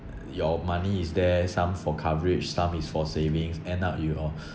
your money is there some for coverage some is for savings end up your